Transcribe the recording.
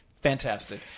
fantastic